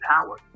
power